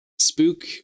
Spook